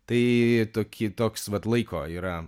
tai tokį toks vat laiko yra